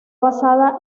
basada